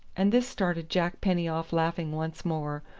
and this started jack penny off laughing once more,